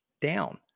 down